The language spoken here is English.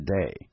today